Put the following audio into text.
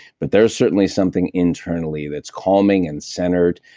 but there's certainly something internally that's calming and centered.